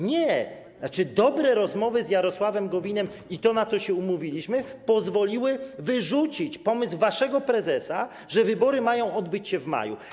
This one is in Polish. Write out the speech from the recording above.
Nie, dobre rozmowy z Jarosławem Gowinem i to, na co się umówiliśmy, pozwoliły wyrzucić pomysł waszego prezesa, że wybory mają odbyć się w maju.